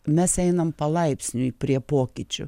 mes einam palaipsniui prie pokyčių